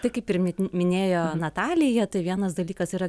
tai kaip ir minėjo natalija tai vienas dalykas yra